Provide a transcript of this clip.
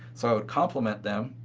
so would compliment them,